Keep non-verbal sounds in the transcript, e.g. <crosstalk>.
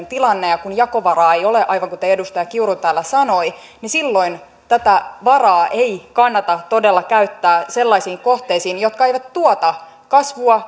<unintelligible> tilanne ja kun jakovaraa ei ole aivan kuten edustaja kiuru täällä sanoi niin silloin tätä varaa ei kannata todella käyttää sellaisiin kohteisiin jotka eivät tuota kasvua <unintelligible>